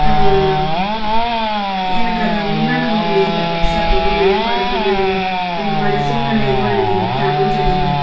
எனக்கு அது முன் அனுபவம் இல்லை வொர்க் ஷாப் எதுவும் நான் ஏற்பாடு பண்ணதில்ல அந்த மாதிரி சூல்நில எதுவும் எனக்கு இது வரைக்கும் அமைஞ்சது இல்லை